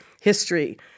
history